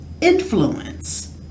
influence